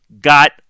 got